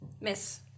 Miss